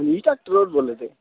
Manish doctor होर बोल्लै दे